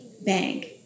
bank